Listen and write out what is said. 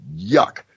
yuck